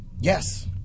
Yes